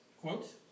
Quote